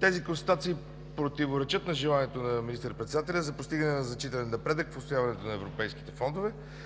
Тези констатации противоречат на желанието на министър-председателя за постигане на значителен напредък в усвояването на европейските фондове.